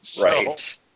Right